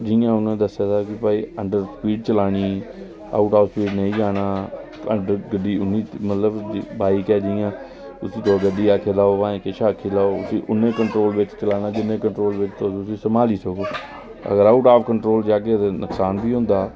जियां उनें दस्से दा कि अंडर स्पीड चलानी आऊट ऑफ स्पीड नेईं जाना बाई ऐ जेह्डी़ उसी तुस पावैं गड्डी आक्खी लोओ उसी उनै कंट्रोल च चलाना जिन्ना तुस उस गी सम्भाली सको अगर आऊट ऑफ कंट्रोल जाह्गे तां नुक्सान बी होंदा